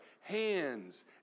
hands